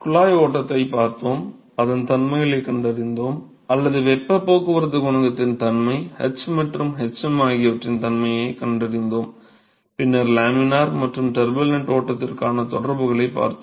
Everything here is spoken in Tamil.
குழாய் ஓட்டத்தைப் பார்த்தோம் அதன் தன்மைகளை கண்டறிந்தோம் அல்லது வெப்பப் போக்குவரத்துக் குணகத்தின் தன்மை h மற்றும் hm ஆகியவற்றின் தன்மையைக் கண்டறிந்தோம் பின்னர் லேமினார் மற்றும் டர்புலன்ட் ஓட்டத்திற்கான தொடர்புகளைப் பார்த்தோம்